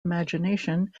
imagination